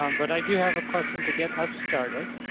um but i do have a question to get ah started.